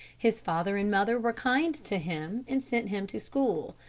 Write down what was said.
his father and mother were kind to him and sent him to school.